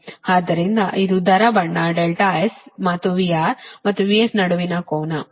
ಆದ್ದರಿಂದ ಇದು ದರ ಬಣ್ಣ S ಮತ್ತು VR ಮತ್ತು VS ನಡುವಿನ ಕೋನ ಇದು S R ಆಗಿದೆ